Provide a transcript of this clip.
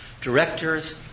directors